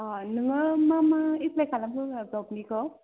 अ नोङो मा मा एप्लाइ खालामखो जबनिखौ